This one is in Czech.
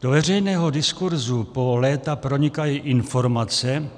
Do veřejného diskurzu po léta pronikají informace